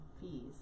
fees